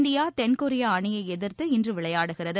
India தென்கொரியாஅணியைஎதிா்த்து இன்றுவிளையாடுகிறது